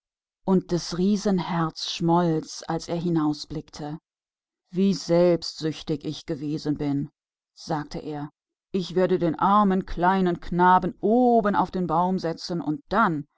wurde des riesen herz weich als er das sah wie eigensüchtig ich doch war sagte er jetzt weiß ich weshalb der frühling nicht hierherkommen wollte ich will dem armen kleinen jungen auf den baumwipfel helfen und dann